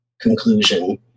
conclusion